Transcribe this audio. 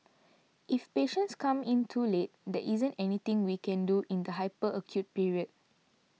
if patients come in too late there isn't anything we can do in the hyper acute period